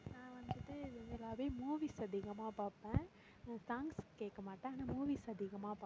நான் வந்துட்டு மூவீஸ் அதிகமாக பார்ப்பேன் சாங்ஸ் கேட்க மாட்டேன் ஆனால் மூவீஸ் அதிகமாக பார்ப்பேன்